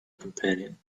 companion